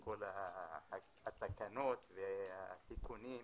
עם כל התקנות והתיקונים.